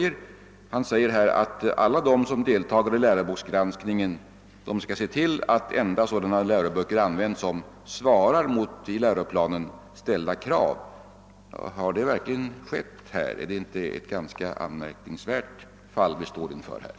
Han anför i sitt svar att alla de som deltar i läroboksgranskningen skall se till att endast sådana läroböcker används som svarar mot i läroplanen ställda krav. Har detta iakttagits beträffande dessa böcker? Står vi inte i detta avseende inför ett ganska anmärkningsvärt fall?